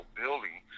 building